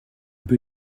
peu